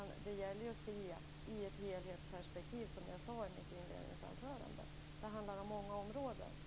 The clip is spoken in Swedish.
Det gäller att se i ett helhetsperspektiv, som jag sade i mitt inledningsanförande. Det handlar om många områden.